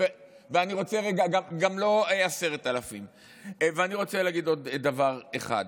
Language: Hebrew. גם לא 10,000. ואני רוצה להגיד עוד דבר אחד: